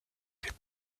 des